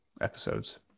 episodes